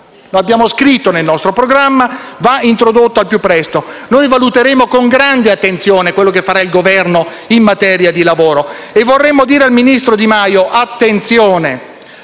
Lo abbiamo scritto nel nostro programma e va introdotto al più presto. Valuteremo con grande attenzione quello che farà il Governo in materia di lavoro. Vorremmo dire al ministro Di Maio di fare attenzione,